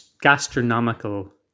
gastronomical